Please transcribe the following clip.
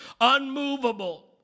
Unmovable